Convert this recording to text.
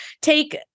take